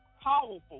powerful